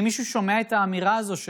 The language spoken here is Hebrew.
השאלה אם הוא ידע על מה לענות.